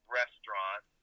restaurant